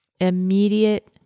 Immediate